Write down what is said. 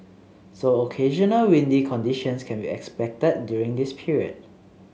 so occasional windy conditions can be expected during this period